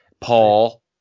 Paul